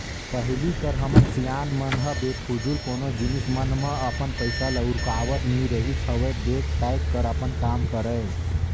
पहिली कर हमर सियान मन ह बेफिजूल कोनो जिनिस मन म अपन पइसा ल उरकावत नइ रिहिस हवय देख ताएक कर अपन काम करय